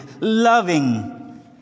loving